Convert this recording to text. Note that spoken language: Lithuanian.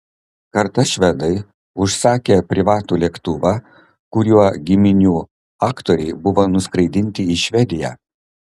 kartą švedai užsakė privatų lėktuvą kuriuo giminių aktoriai buvo nuskraidinti į švediją